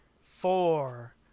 four